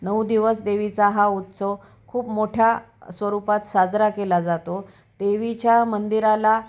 नऊ दिवस देवीचा हा उत्सव खूप मोठ्या स्वरूपात साजरा केला जातो देवीच्या मंदिराला